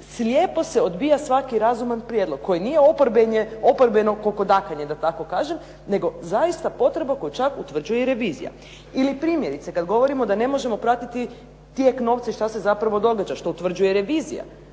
Slijepo se odbija svaki razuman prijedlog koji nije oporben, oporbeno kokodakanje da tako kažem, nego zaista potreba koju čak utvrđuje i revizija. Ili primjerice, kada govorimo da ne možemo pratiti tijek novca i što se zapravo događa što utvrđuje revizija